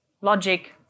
logic